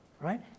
right